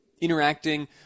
interacting